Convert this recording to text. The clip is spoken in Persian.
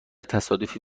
تصادفی